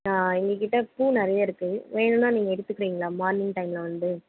எங்கக்கிட்டே பூ நிறைய இருக்குது வேணும்னா நீங்கள் எடுத்துக்கிறீங்களா மார்னிங் டைமில் வந்து